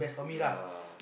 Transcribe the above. ya